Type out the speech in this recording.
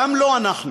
גם לא אנחנו,